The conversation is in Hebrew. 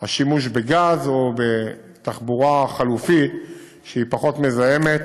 השימוש בגז או בתחבורה חלופית שהיא פחות מזהמת